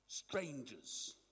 Strangers